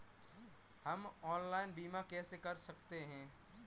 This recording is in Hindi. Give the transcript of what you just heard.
हम ऑनलाइन बीमा कैसे कर सकते हैं?